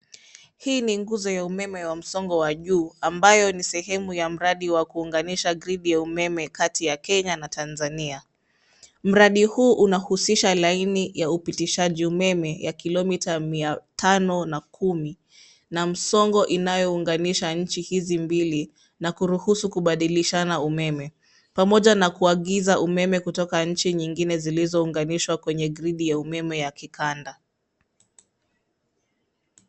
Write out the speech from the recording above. Hii ni nguzo ya umeme wa msongo wa juu ambayo ni sehemu ya mradi wa kuunganisha grid ya umeme kati ya Kenya na Tanzania. Mradi huu unahusisha laini ya upitishaji umeme ya kilomita mia tano na kumi na msongo inayounganisha nchi hizi mbili na kuruhusu kubadilishana umeme, pamoja na kuagiza umeme kutoka nchi nyingine zilizounganishwa kwenye gridi ya umeme ya kikanda.